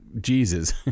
jesus